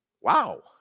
Wow